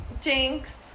jinx